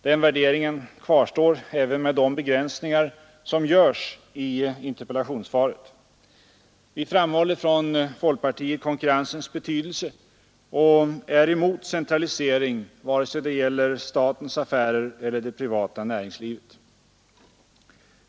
Den värderingen kvarstår även med de begränsningar som görs i interpellationssvaret. Vi framhåller från folkpartiet konkurrensens betydelse och är emot centralisering, vare sig det gäller statens affärer eller det privata näringslivet.